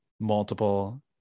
multiple